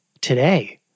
today